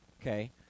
Okay